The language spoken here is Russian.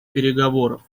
переговоров